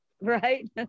right